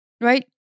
right